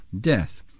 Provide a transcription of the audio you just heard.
death